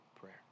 prayer